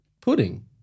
pudding